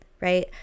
right